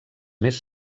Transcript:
més